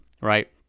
right